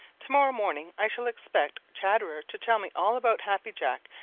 to-morrow morning i shall expect chatterer to tell me all about happy jack,